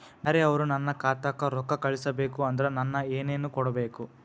ಬ್ಯಾರೆ ಅವರು ನನ್ನ ಖಾತಾಕ್ಕ ರೊಕ್ಕಾ ಕಳಿಸಬೇಕು ಅಂದ್ರ ನನ್ನ ಏನೇನು ಕೊಡಬೇಕು?